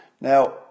Now